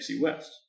West